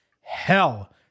hell